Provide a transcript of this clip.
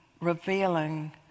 revealing